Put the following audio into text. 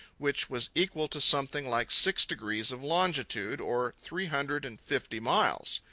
which was equal to something like six degrees of longitude, or three hundred and fifty miles.